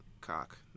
cock